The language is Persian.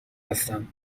هستم